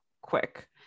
quick